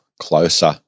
closer